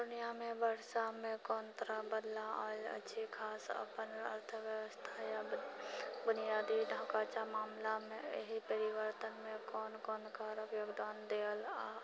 पूर्णियामे बरसामे कोन तरह बदलाव आयल छी खास अपन अर्थव्यवस्था या बुनियादी ढांचा मामलामे एहि परिवर्तनमे कोन कोन कारक योगदान देल यऽ आओर